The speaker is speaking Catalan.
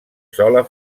sola